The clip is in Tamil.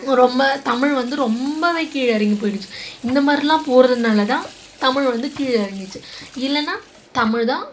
ரொம்ப தமிழ் வந்து ரொம்பவே கீழே இறங்கி போயிடுச்சு இந்த மாதிரில்லாம் போகிறதுனாலதான் தமிழ் வந்து கீழே இறங்கிருச்சி இல்லைன்னா தமிழ்தான்